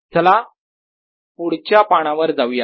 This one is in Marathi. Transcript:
चला पुढच्या पानावर जाऊयात